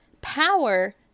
Power